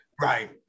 Right